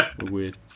Weird